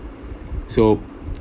so